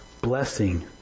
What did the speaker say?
Blessing